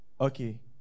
Okay